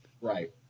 Right